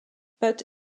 but